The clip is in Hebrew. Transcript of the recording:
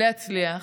להצליח,